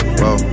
whoa